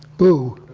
boo.